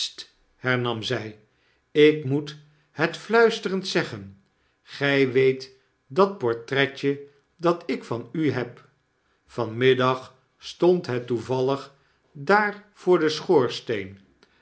hernam zy ik moet het fluisterend zeggen gij weet dat portretje dat ik van u heh van middag stond het toevallig daar voor den sehoorsteen